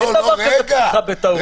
אין דבר כזה פתיחה בטעות.